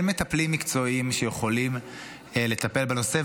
אין מטפלים מקצועיים שיכולים לטפל בנושא,